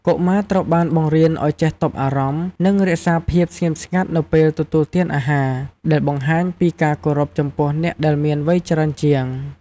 កុមារត្រូវបានបង្រៀនឱ្យចេះទប់អារម្មណ៍ និងរក្សាភាពស្ងៀមស្ងាត់នៅពេលទទួលទានអាហារ ដែលបង្ហាញពីការគោរពចំពោះអ្នកដែលមានវ័យច្រើនជាង។